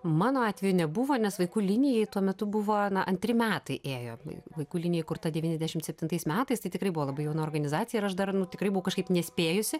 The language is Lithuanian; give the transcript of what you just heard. mano atveju nebuvo nes vaikų linijai tuo metu buvo na antri metai ėjo vaikų linija įkurta devyniasdešimt septintais metais tai tikrai buvo labai jauna organizacija ir aš dar nu tikrai buvau kažkaip nespėjusi